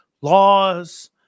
laws